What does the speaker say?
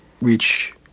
reach